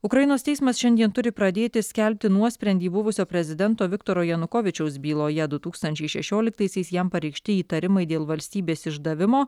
ukrainos teismas šiandien turi pradėti skelbti nuosprendį buvusio prezidento viktoro janukovyčiaus byloje du tūkstančiai šešioliktaisiais jam pareikšti įtarimai dėl valstybės išdavimo